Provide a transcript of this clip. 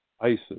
ISIS